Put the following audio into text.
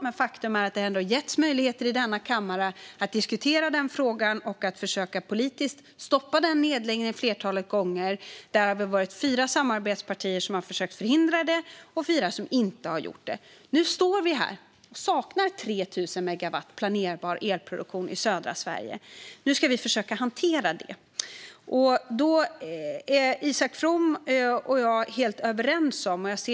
Men faktum är att det har getts möjligheter i denna kammare att diskutera den frågan och att politiskt försöka stoppa den nedläggningen flertalet gånger. Där har det varit fyra samarbetspartier som har försökt att förhindra det och fyra som inte har gjort det. Nu står vi här och saknar 3 000 megawatt planerbar elproduktion i södra Sverige. Nu ska vi försöka att hantera det. Isak From och jag är helt överens.